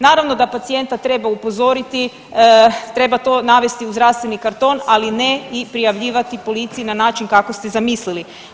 Naravno da pacijenta treba upozoriti, treba to navesti u zdravstveni karton, ali ne i prijavljivati policiji na način kako ste zamislili.